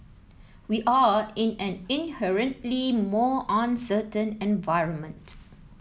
we are in an inherently more uncertain environment